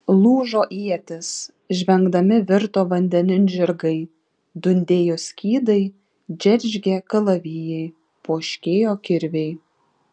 lūžo ietys žvengdami virto vandenin žirgai dundėjo skydai džeržgė kalavijai poškėjo kirviai